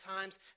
times